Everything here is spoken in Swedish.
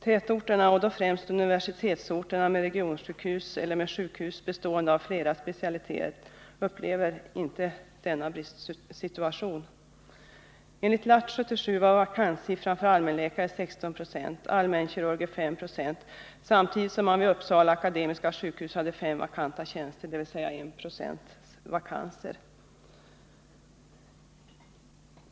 Tätorterna, och då främst universitetsorterna, med regionssjukhus eller med sjukhus som omfattar flera specialiteter har inte denna bristsituation. Enligt LATT 77 var vakanssiffran för allmänläkare 16 96 och för allmänkirurger 5 70, samtidigt som man vid Akademiska sjukhuset i Uppsala hade fem vakanta tjänster, motsvarande 1 20.